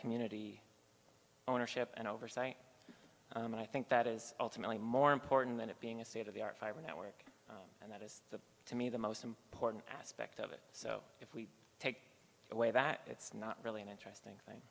community ownership and oversight and i think that is ultimately more important than it being a state of the art fiber network and that is the to me the most important aspect of it so if we take away that it's not really an interesting th